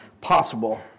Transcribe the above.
possible